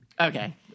Okay